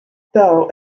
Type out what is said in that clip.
though